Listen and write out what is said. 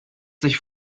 sich